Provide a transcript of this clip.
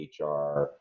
HR